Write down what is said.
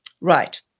right